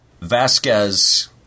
Vasquez